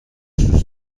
دوست